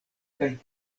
kaj